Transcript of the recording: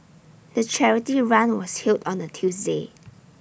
the charity run was held on A Tuesday